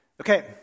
Okay